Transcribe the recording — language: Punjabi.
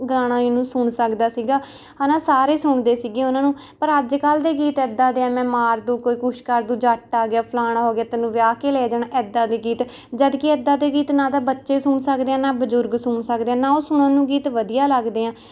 ਗਾਣੇ ਨੂੰ ਸੁਣ ਸਕਦਾ ਸੀਗਾ ਹੈ ਨਾ ਸਾਰੇ ਸੁਣਦੇ ਸੀਗੇ ਉਹਨਾਂ ਨੂੰ ਪਰ ਅੱਜ ਕੱਲ੍ਹ ਦੇ ਗੀਤ ਇੱਦਾਂ ਦੇ ਹੈ ਮੈਂ ਮਾਰ ਦੂ ਕੋਈ ਕੁਛ ਕਰ ਦੂ ਜੱਟ ਆ ਗਿਆ ਫ਼ਲਾਣਾ ਹੋ ਗਿਆ ਤੈਨੂੰ ਵਿਆਹ ਕੇ ਲੈ ਜਾਣਾ ਇੱਦਾਂ ਦੇ ਗੀਤ ਜਦਕਿ ਇੱਦਾਂ ਦੇ ਗੀਤ ਨਾ ਤਾਂ ਬੱਚੇ ਸੁਣ ਸਕਦੇ ਆ ਨਾ ਬਜ਼ੁਰਗ ਸੁਣ ਸਕਦੇ ਆ ਨਾ ਉਹ ਸੁਣਨ ਨੂੰ ਗੀਤ ਵਧੀਆ ਲੱਗਦੇ ਆ